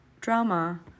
drama